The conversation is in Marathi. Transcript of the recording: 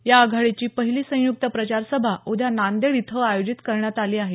या आघाडीची पहिली संयुक्त प्रचार सभा उद्या नांदेड इथं आयोजित करण्यात आली आहे